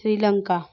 Sri Lanka